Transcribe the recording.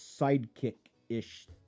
sidekick-ish